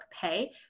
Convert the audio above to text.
pay